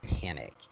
panic